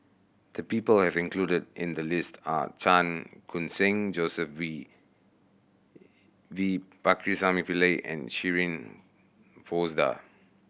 the people have included in the list are Chan Khun Sing Joseph V V Pakirisamy Pillai and Shirin Fozdar